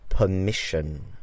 Permission